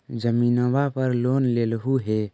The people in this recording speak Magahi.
जमीनवा पर लोन लेलहु हे?